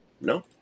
No